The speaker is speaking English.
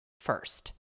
first